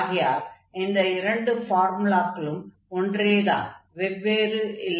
ஆகையால் இந்த இரண்டு ஃபார்முலாக்களும் ஒன்றேதான் வெவ்வேறு இல்லை